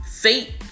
fate